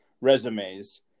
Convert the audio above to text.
resumes